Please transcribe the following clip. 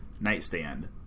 nightstand